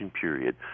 period